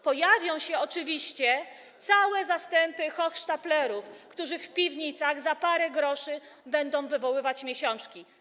Pojawią się oczywiście całe zastępy hochsztaplerów, którzy w piwnicach za parę groszy będą wywoływać miesiączki.